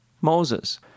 Moses